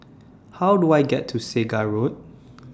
How Do I get to Segar Road